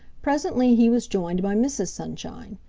presently he was joined by mrs. sunshine.